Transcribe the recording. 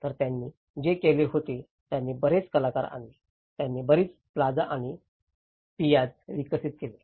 तर त्यांनी जे केले ते होते त्यांनी बरेच कलाकार आणले त्यांनी बरीच प्लाझा आणि पियाझा विकसित केले